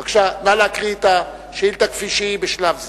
בבקשה, נא להקריא את השאילתא כפי שהיא בשלב זה.